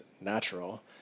natural